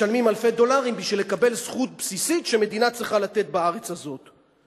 משלמים אלפי דולרים בשביל לקבל זכות בסיסית שמדינה צריכה לתת בארץ הזו.